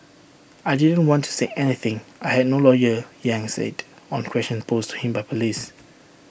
I didn't want to say anything I had no lawyer yang said on questions posed to him by Police